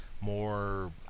more